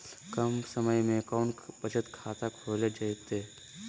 कम समय में कौन बचत खाता खोले जयते?